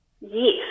Yes